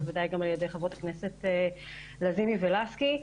בוודאי גם על-ידי חברות הכנסת לזימי ולסקי.